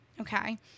Okay